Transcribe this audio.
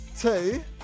two